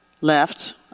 left